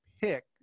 pick